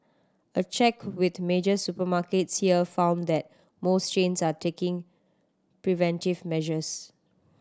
a check with major supermarkets here found that most chains are taking preventive measures